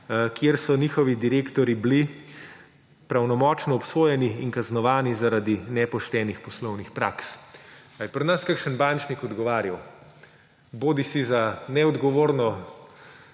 kje so njihovi direktorji bili pravnomočno obsojeni in kaznovani zaradi nepoštenih poslovnih praks. Ali je pri nas kakšen bančnik odgovarjal? Bodisi za neodgovorno